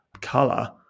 color